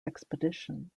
expedition